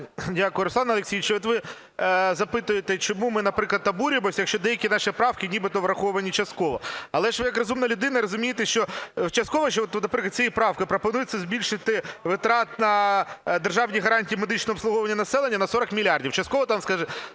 Дякую. Руслане Олексійовичу, от ви запитуєте, чому ми, наприклад, обурюємося, якщо деякі наші правки нібито враховані частково. Але ж ви як розумна людина розумієте, що частково, що наприклад, цією правкою пропонується збільшити витрати на державні гарантії медичного обслуговування населення на 40 мільярдів, частково, так скажемо,